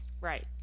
Right